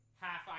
half